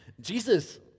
jesus